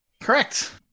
Correct